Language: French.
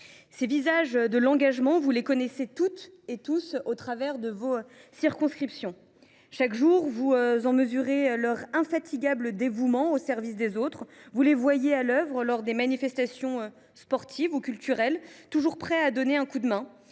Ces visages de l’engagement, vous les connaissez tous dans vos circonscriptions. Chaque jour, vous mesurez leur infatigable dévouement au service des autres ; vous les voyez à l’œuvre lors des manifestations sportives ou culturelles, toujours prêts à donner un coup de main